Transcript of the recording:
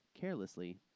carelessly